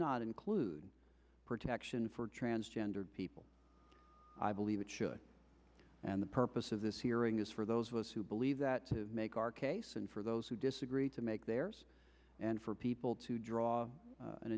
not include protection for transgender people i believe it should and the purpose of this hearing is for those of us who believe that to make our case and for those who disagree to make there and for people to draw